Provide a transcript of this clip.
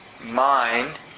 mind